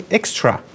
extra